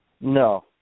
No